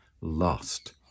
lost